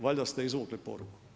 Valjda ste izvukli poruku.